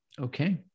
Okay